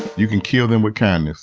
you can kill them with kindness.